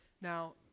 Now